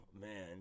Man